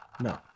No